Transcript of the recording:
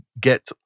get